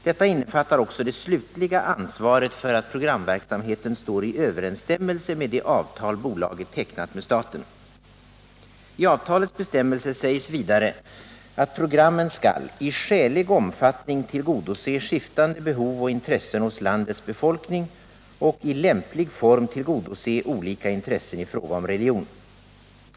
Detta innefattar också det slutliga ansvaret för att programverksamheten står i överensstämmelse med det avtal bolaget tecknat med staten.” I avtalets bestämmelser sägs vidare att programmen skall ”i skälig omfattning tillgodose skiftande behov och intressen hos landets befolkning” och ”i lämplig form tillgodose olika intressen i fråga om religion”.